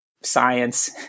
science